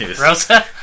Rosa